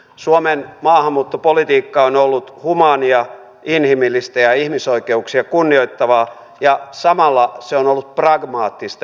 suomen maahanmuuttopolitiikka on ollut humaania inhimillistä ja ihmisoikeuksia kunnioittavaa ja samalla se on ollut pragmaattista